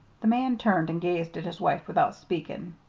the man turned and gazed at his wife without speaking.